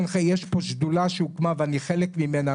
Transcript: יש פה שדולה שהוקמה ואני חלק ממנה,